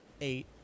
eight